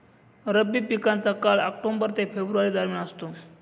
रब्बी पिकांचा काळ ऑक्टोबर ते फेब्रुवारी दरम्यान असतो